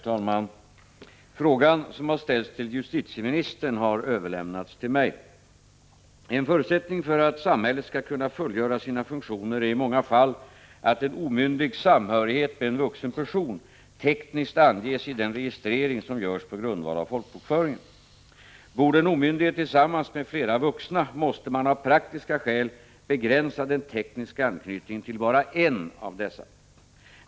Herr talman! Frågan som har ställts till justitieministern har överlämnats till mig. En förutsättning för att samhället skall kunna fullgöra sina funktioner är i många fall att en omyndigs samhörighet med en vuxen person tekniskt anges i den registrering som görs på grundval av folkbokföringen. Bor den omyndige tillsammans med flera vuxna måste man av praktiska skäl begränsa den tekniska anknytningen till bara en av dessa.